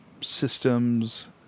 systems